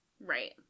Right